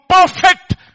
perfect